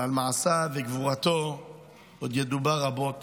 ועל מעשיו וגבורתו עוד ידובר רבות